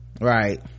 right